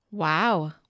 Wow